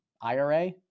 IRA